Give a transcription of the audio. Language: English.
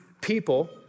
people